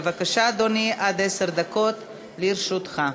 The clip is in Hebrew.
בבקשה, אדוני, עד עשר דקות לרשותך.